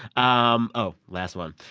um oh, last one,